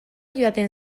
joaten